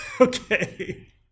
okay